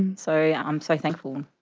and so, i'm so thankful.